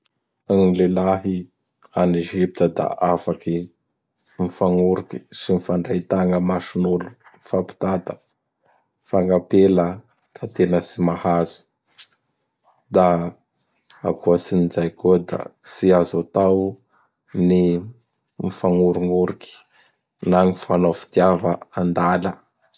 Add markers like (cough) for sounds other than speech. (noise) Gn lelahy en Egypta da afaky mifagnoroky sy mifandray tagna amason'olo, mifapitata; fa gn'apela da tena tsy mahazo. (noise) Da akoatsin'izay koa da tsy azo atao gn ny mifagnorognoroky na mifanao fitiava an-dala. (noise)